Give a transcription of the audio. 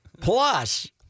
plus